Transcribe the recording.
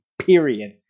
Period